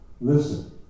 Listen